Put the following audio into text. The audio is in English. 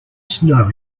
snow